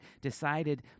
decided